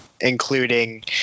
including